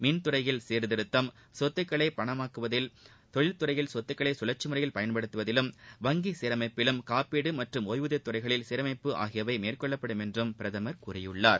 மின்துறையில் சீர்திருத்தம் சொத்துகளை பணமாக்குவதிலும் தொல்துறையில் சொத்துகளை சழற்சி முறையில் பயன்படுத்துவதிலும் வங்கி சீரமைப்பிலும் காப்பீடு மற்றும் ஒய்வூதிய துறைகளில் சீரமைப்பு ஆகியவை மேற்கொள்ளப்படும் என்றும் பிரதமர் கூறியிருக்கிறார்